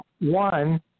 One